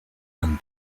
and